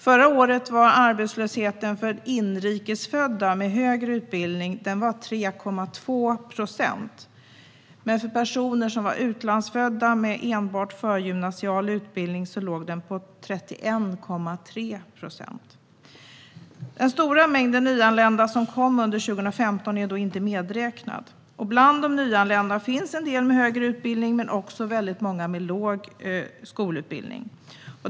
Förra året var arbetslösheten för inrikesfödda med högre utbildning 3,2 procent. Men för utlandsfödda personer med enbart förgymnasial utbildning var arbetslösheten 31,3 procent. Den stora mängden nyanlända som kom under 2015 är inte medräknade. Bland de nyanlända finns en del med högre utbildning och även många med låg skolutbildning.